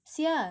S_I_A